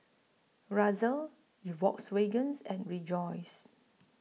Razer Volkswagens and Rejoice